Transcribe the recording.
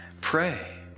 pray